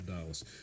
dollars